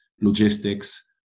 logistics